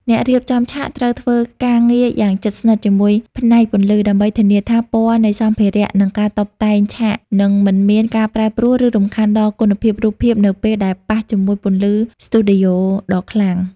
អ្នករៀបចំឆាកត្រូវធ្វើការងារយ៉ាងជិតស្និទ្ធជាមួយផ្នែកពន្លឺ ដើម្បីធានាថាពណ៌នៃសម្ភារៈ និងការតុបតែងឆាកនឹងមិនមានការប្រែប្រួល ឬរំខានដល់គុណភាពរូបភាពនៅពេលដែលប៉ះជាមួយពន្លឺស្ទូឌីយ៉ូដ៏ខ្លាំង។